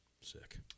Sick